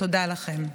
תודה לכם.